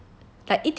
like 一天是可以